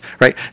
right